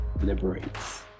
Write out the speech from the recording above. liberates